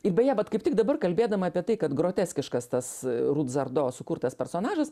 ir beje vat kaip tik dabar kalbėdama apie tai kad groteskiškas tas rut zardo sukurtas personažas